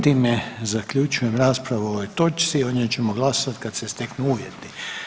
Time zaključujem raspravu o ovoj točci, o njoj ćemo glasovati kad se steknu uvjeti.